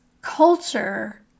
culture